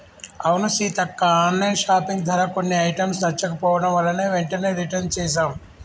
అవును సీతక్క online shopping ధర కొన్ని ఐటమ్స్ నచ్చకపోవడం వలన వెంటనే రిటన్ చేసాం